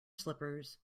slippers